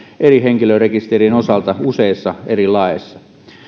eri henkilörekisterien osalta useissa eri laeissa